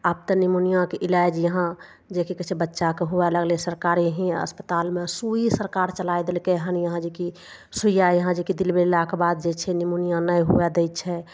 आब तऽ निमुनियाके इलाज यहाँ जे की कहय छै बच्चाके हुवे लगलय सरकारी यहीं अस्पतालमे सुइ सरकार चलाय देलकय हन यहाँ जेकि सुइया यहाँ जेकि दिलबेलाके बाद जे छै निमुनिया नहि हुवे दै छै